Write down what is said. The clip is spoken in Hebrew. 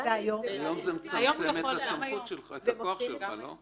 -- היום זה מצמצם את הסמכות ואת הכוח שלך, לא?